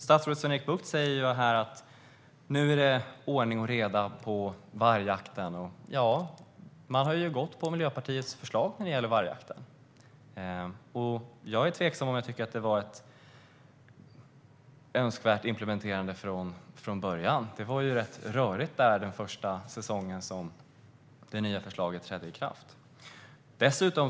Statsrådet Sven-Erik Bucht säger här att det nu är ordning och reda på vargjakten. Man har gått på Miljöpartiets förslag när det gäller vargjakten. Jag är tveksam till om jag tycker att det var ett önskvärt implementerande från början. Det var rätt rörigt den första säsongen när det nya förslaget hade trätt i kraft.